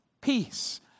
peace